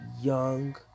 young